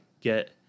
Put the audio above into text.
get